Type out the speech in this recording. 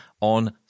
on